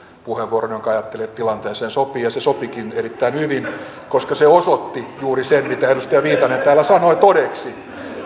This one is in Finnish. puheenvuoron josta ajatteli että se tilanteeseen sopii ja se sopikin erittäin hyvin koska se osoitti juuri sen mitä edustaja viitanen täällä sanoi todeksi